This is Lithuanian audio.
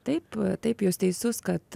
taip taip jūs teisus kad